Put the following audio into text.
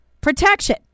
protection